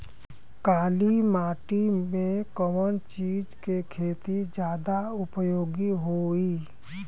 काली माटी में कवन चीज़ के खेती ज्यादा उपयोगी होयी?